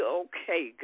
okay